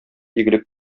игелек